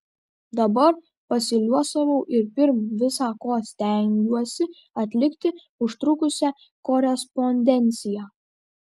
dabar pasiliuosavau ir pirm visa ko stengiuosi atlikti užtrukusią korespondenciją